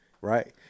right